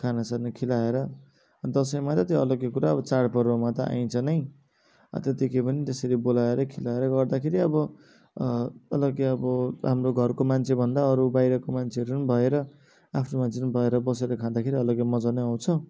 खाना साना खुवाएर दसैँमा त त्यो अलग्गै कुरा हो चाड पर्वमा त आइन्छ नै त्यति केही पनि त्यसरी बोलाएर खुवाएर गर्दाखेरि अब अलग्गै अब हाम्रो घरको मान्छे भन्दा अरू बाहिरको मान्छेहरू पनि भएर आफ्नो मान्छे पनि भएर बसेर खाँदाखेरि अलग्गै मजा नै आउँछ